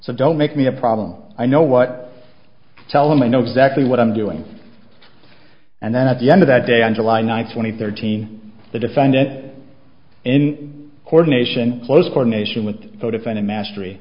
so don't make me a problem i know what to tell them i know exactly what i'm doing and then at the end of that day on july ninth twenty thirteen the defendant in coordination close coordination with vodafone and mastery